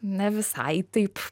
ne visai taip